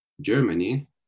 germany